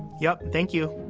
yup. thank you.